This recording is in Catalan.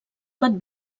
pot